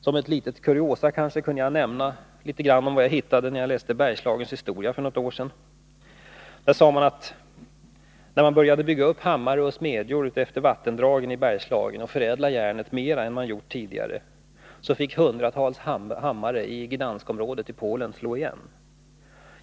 Som ett litet kuriosum kan jag nämna vad jag hittade när jag läste Bergslagens historia för något år sedan. Där sägs att när man började bygga upp hammare och smedjor efter vattendragen i Bergslagen och där förädla järnet mer än man gjort tidigare, så fick hundratals hammare i Gdanskområdet i Polen slå igen.